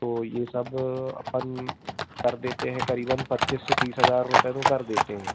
तो ये सब अपन कर देते हैं करीबन पच्चीस से तीस हज़ार रुपये में कर देते हैं